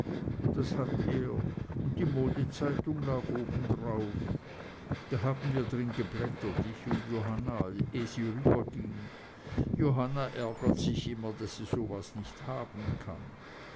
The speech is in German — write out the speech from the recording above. das hat er und die modezeitung lag obenauf da haben wir drin geblättert ich und johanna eh sie rüber ging johanna ärgert sich immer daß sie so was nicht haben kann